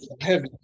heavy